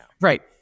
Right